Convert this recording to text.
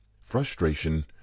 frustration